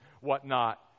whatnot